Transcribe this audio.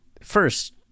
first